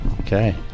Okay